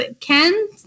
Ken